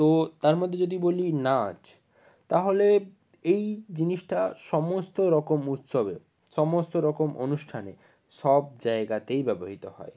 তো তার মধ্যে যদি বলি নাচ তাহলে এই জিনিসটা সমস্ত রকম উৎসবে সমস্ত রকম অনুষ্ঠানে সব জায়গাতেই ব্যবহৃত হয়